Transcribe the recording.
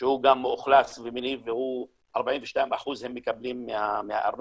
שהוא גם מאוכלס ומניב והם מקבלים 42% מהארנונה,